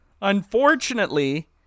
unfortunately